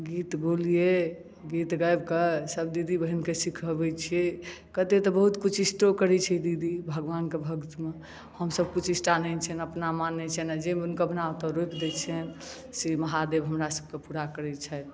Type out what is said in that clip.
गीत गौलिए गीत गाबिके सब दीदी बहिनके सिखबै छिए कते तऽ बहुत कुचेष्टो करै छै दीदी भगवानके भक्तमे हमसब कुचेष्टा नहि छिए अपना मानने छिअनि आओर जे मनोकामना ओतऽ रोपि दै छिअनि श्री महादेव हमरा सबके पूरा करै छथि